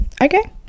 Okay